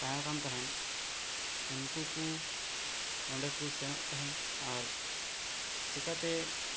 ᱛᱟᱦᱮᱸᱱᱠᱟᱱ ᱛᱟᱦᱮᱸᱱ ᱩᱱᱠᱩ ᱠᱩ ᱚᱸᱰᱮᱠᱩ ᱥᱮᱱᱚᱜ ᱛᱟᱦᱮᱸᱱ ᱟᱨ ᱪᱤᱠᱟᱛᱮ